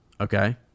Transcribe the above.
Okay